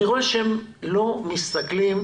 רואה שהם לא מסתכלים